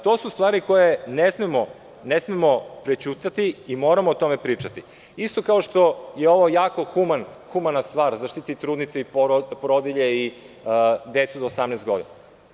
To su stvari koje ne smemo prećutati i moramo o tome pričati, isto kao što je ovo jako humana stvar, zaštititi trudnice i porodilje i decu do 18 godina.